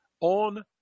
on